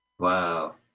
Wow